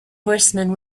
horseman